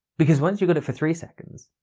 because once you got it for three seconds,